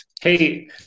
Hey